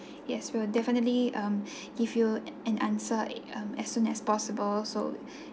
yes we will definitely um give you an answer um as soon as possible so